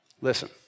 Listen